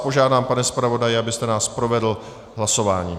Požádám vás, pane zpravodaji, abyste nás provedl hlasováním.